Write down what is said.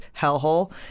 hellhole